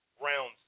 rounds